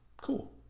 cool